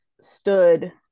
stood